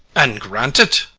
and grant it.